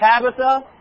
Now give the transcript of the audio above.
Tabitha